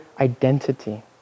identity